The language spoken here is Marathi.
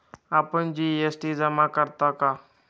आपण जी.एस.टी जमा करता का?